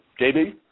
JB